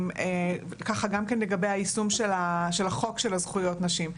גם כן לגבי היישום של החוק של הזכויות נשים.